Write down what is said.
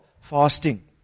fasting